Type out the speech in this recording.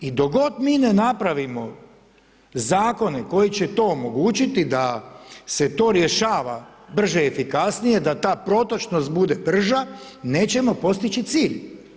I dok god mi ne napravimo zakone koji će to omogućiti da se to rješava brže i efikasnije, da ta protočnost bude brža, nećemo postići cilj.